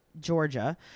Georgia